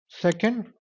Second